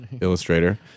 illustrator